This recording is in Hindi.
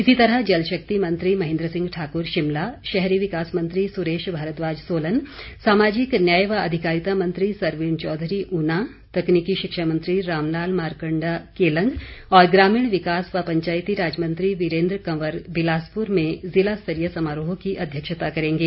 इसी तरह जलशक्ति मंत्री महेन्द्र सिंह ठाकुर शिमला शहरी विकास मंत्री सुरेश भारद्वाज सोलन सामाजिक न्याय व अधिकारिता मंत्री सरवीण चौधरी ऊना तकनीकी शिक्षा मंत्री राम लाल मारंकडा केलंग और ग्रामीण विकास व पंचायतीराज मंत्री वीरेन्द्र कंवर बिलासपुर में ज़िला स्तरीय समारोह की अध्यक्षता करेंगे